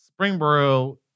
Springboro